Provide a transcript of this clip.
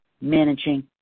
managing